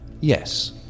Yes